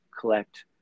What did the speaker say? collect